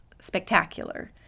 spectacular